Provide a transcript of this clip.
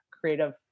creative